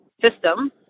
system